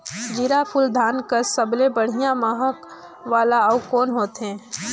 जीराफुल धान कस सबले बढ़िया महक वाला अउ कोन होथै?